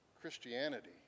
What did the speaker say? Christianity